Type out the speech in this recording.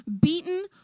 beaten